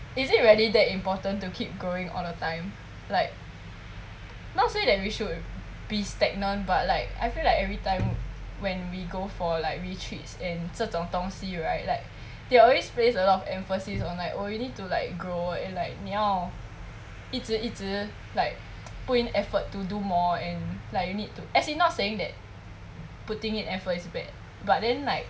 is it really that important to keep going all the time like not say that we should be stagnant but like I feel like everytime when we go for like retreats and 这种东西 right like they will always place a lot of emphasis on like oh you need to like grow and like 你要一直一直 like put in effort to do more and like you need to as in not saying that putting in effort is bad but then like